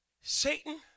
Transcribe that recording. Satan